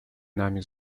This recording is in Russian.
нами